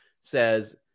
says